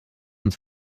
uns